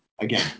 Again